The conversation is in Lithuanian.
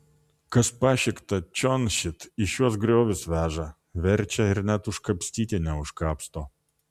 kas pašikta čion šit į šiuos griovius veža verčia ir net užkapstyti neužkapsto